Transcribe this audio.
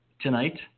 tonight